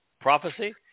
prophecy